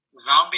zombie